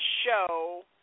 show